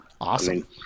Awesome